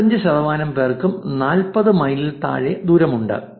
75 ശതമാനം പേർക്കും 40 മൈലിൽ താഴെ ദൂരമുണ്ട്